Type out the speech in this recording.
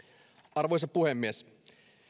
arvoisa puhemies